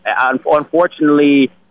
unfortunately